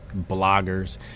bloggers